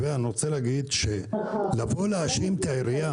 אני רוצה להגיד שלבוא להאשים את העירייה